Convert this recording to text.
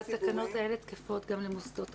והתקנות האלה תקפות גם למוסדות תרבות?